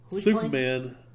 Superman